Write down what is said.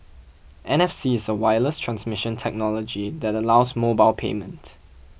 N F C is a wireless transmission technology that allows mobile payment